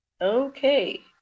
Okay